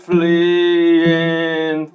Fleeing